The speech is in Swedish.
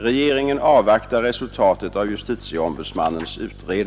Regeringen avvaktar resultatet av justitieombudsmannens utred